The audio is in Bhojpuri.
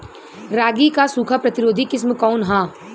रागी क सूखा प्रतिरोधी किस्म कौन ह?